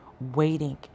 waiting